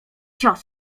cios